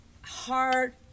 Hard